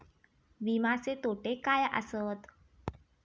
विमाचे तोटे काय आसत?